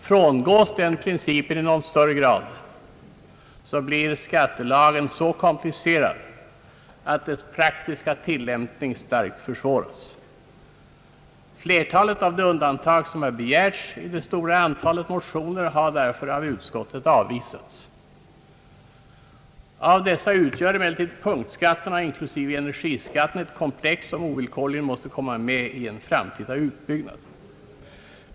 Frångås denna princip i högre grad, blir skattelagen så komplicerad att dess praktiska tillämpning starkt försvåras. Flertalet av de undantag som har begärts i det stora antalet motioner har därför avvisats av utskottet. Av dessa utgör emellertid punktskatterna inklusive energiskatten ett komplex som ovillkorligen måste tas med i en framtida utbyggnad.